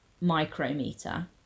micrometer